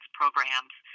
programs